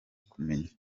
kumenya